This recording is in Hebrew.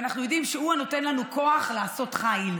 ואנחנו יודעים שהוא הנותן לנו כוח לעשות חיל.